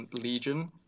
Legion